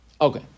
Okay